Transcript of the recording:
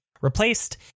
replaced